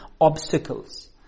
obstacles